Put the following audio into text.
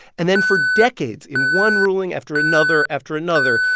and then for decades, in one ruling after another, after another,